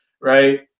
right